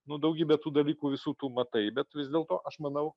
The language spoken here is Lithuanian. nu daugybė tų dalykų visų tu matai bet vis dėlto aš manau